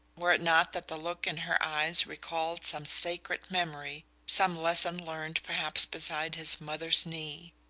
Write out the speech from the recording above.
were it not that the look in her eyes recalled some sacred memory, some lesson learned perhaps beside his mother's knee?